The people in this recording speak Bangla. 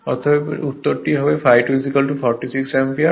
এবং উত্তর হবে ∅2 46 অ্যাম্পিয়ার